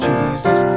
Jesus